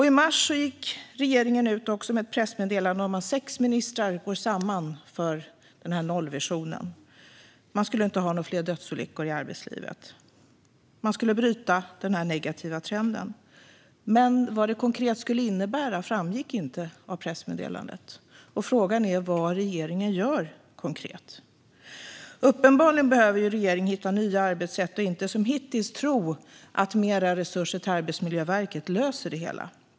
I mars gick regeringen ut med ett pressmeddelande om att sex ministrar gått samman för nollvisionen. Man skulle inte ha några fler dödsolyckor i arbetslivet. Man skulle bryta den negativa trenden, men vad det konkret skulle innebära framgick inte av pressmeddelandet. Frågan är vad regeringen gör konkret. Uppenbarligen behöver regeringen hitta nya arbetssätt och inte som hittills tro att mer resurser till Arbetsmiljöverket löser det hela.